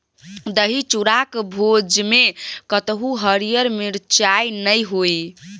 दही चूड़ाक भोजमे कतहु हरियर मिरचाइ नै होए